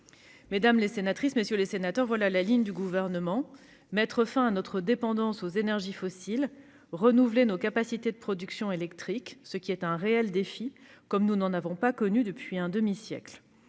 Mesdames, messieurs les sénateurs, voilà la ligne du Gouvernement. Mettre fin à notre dépendance aux énergies fossiles et renouveler nos capacités de production électrique est un réel défi, comme nous n'en avons pas connu depuis un demi-siècle.